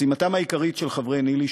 משימתם העיקרית של חברי ניל"י,